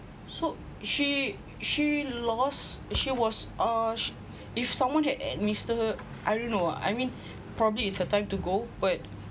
so she she lost she was uh if someone had administered her I don't know I mean probably it's her time to go but